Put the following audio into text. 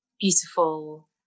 beautiful